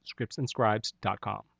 scriptsandscribes.com